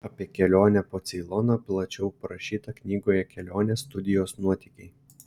apie kelionę po ceiloną plačiau parašyta knygoje kelionės studijos nuotykiai